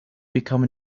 become